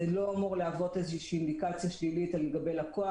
זה לא אמור להוות איזו שהיא אינדיקציה שלילית לגבי לקוח,